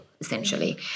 Essentially